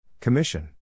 Commission